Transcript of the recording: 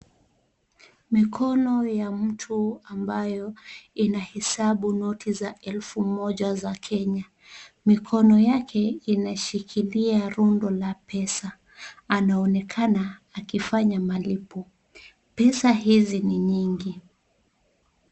Mikono ya mtu ambayo inahesabu noti za elfu moja za kenya , mikono yake inashikilia rundo la pesa anaonekana akifanya malipo. Pesa hizi ni nyingi.